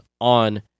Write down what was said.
on